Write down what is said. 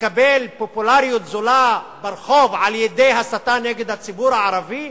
לקבל פופולריות זולה ברחוב על-ידי הסתה נגד הציבור הערבי?